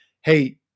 hey